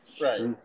Right